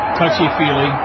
touchy-feely